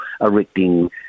erecting